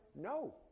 No